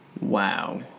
Wow